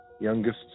youngest